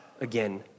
again